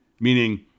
meaning